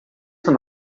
son